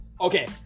okay